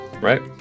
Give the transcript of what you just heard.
right